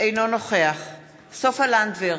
אינו נוכח סופה לנדבר,